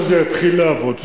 כשזה יתחיל לעבוד,